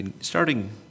starting